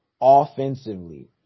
offensively